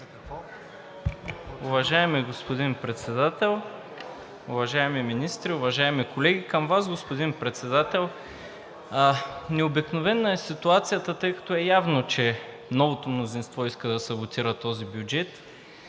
Уважаеми господин Председател, уважаеми министри, уважаеми колеги! Към Вас, господин Председател. Необикновена е ситуацията, тъй като е явно, че новото мнозинство иска да саботира този бюджет